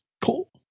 Cool